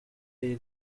iyi